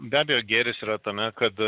be abejo gėris yra tame kad